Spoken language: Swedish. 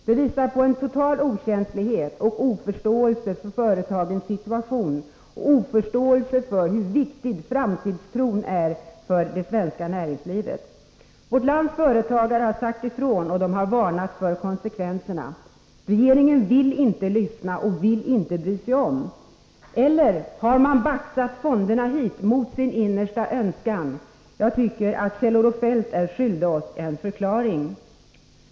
Det visar på en total okänslighet och oförståelse för företagens situation och för hur viktig framtidstron är för det svenska näringslivet. Vårt lands företagare har sagt ifrån, och de har varnat för konsekvenserna. Regeringen vill inte lyssna och vill inte bry sig om. Eller har man ”baxat fonderna hit” mot sin innersta önskan? Jag tycker att Kjell-Olof Feldt är skyldig oss en förklaring.